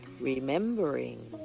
remembering